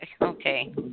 okay